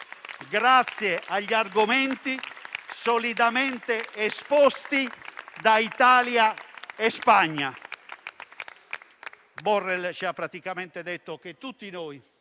grazie agli argomenti solidamente esposti da Italia e Spagna. Borrell ha praticamente detto che tutti noi,